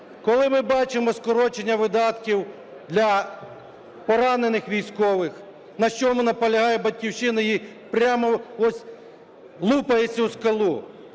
коли ми бачимо скорочення видатків для поранених військових, на чому наполягає "Батьківщина" і прямо ось лупає цю скалу,